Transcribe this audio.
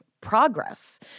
progress